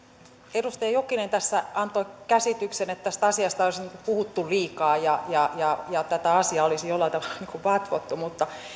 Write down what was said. edustaja jokinen tässä antoi käsityksen että tästä asiasta olisi puhuttu liikaa ja ja tätä asiaa olisi jollain tavalla vatvottu mutta